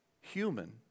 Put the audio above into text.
human